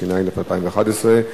התשע"א 2011,